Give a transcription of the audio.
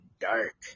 dark